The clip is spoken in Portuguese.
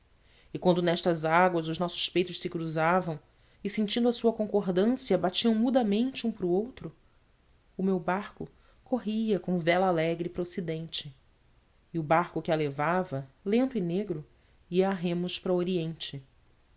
e quando nestas águas os nossos peitos se cruzavam e sentindo a sua concordância batiam mudamente um para o outro o meu barco corria com vela alegre para ocidente e o barco que a levava lento e negro ia a remos para oriente